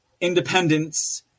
independence